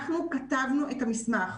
אנחנו כתבנו את המסמך,